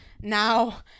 now